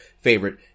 favorite